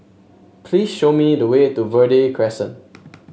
please show me the way to Verde Crescent